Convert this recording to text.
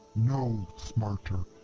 no smarter.